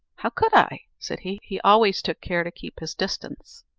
how could i, said he he always took care to keep his distance.